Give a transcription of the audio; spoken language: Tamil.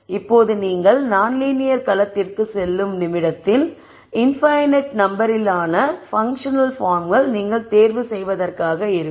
இப்போது நீங்கள் நான்லீனியர் களத்திற்குச் செல்லும் நிமிடத்தில் இன்பைனிட் நம்பரிலான பன்க்ஷனல் பார்ம்கள் நீங்கள் தேர்வு செய்வதற்காக இருக்கும்